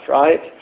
right